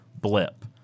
blip